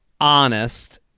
honest